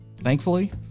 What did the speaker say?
Thankfully